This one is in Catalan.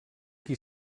qui